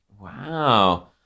wow